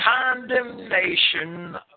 condemnation